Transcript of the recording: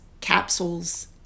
capsules